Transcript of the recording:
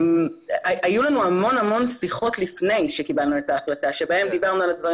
היו לנו המון המון שיחות לפני שקיבלנו את ההחלטה שבהן דיברנו על הדברים